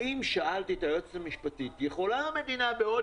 שאלתי את היועצת המשפטית האם יכולה המדינה בעוד